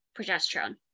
progesterone